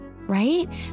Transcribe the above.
right